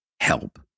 help